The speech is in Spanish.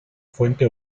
fuente